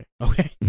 okay